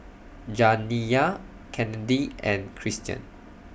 Janiyah Kennedi and Cristian